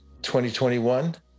2021